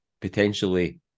Potentially